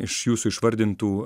iš jūsų išvardintų